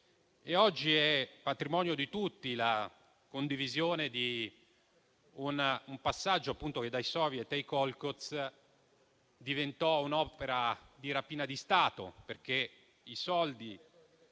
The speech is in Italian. Oggi è patrimonio di tutti la condivisione di un passaggio che dai *soviet* ai *kolchoz* diventò un'opera di rapina di Stato, perché i soldi